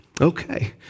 Okay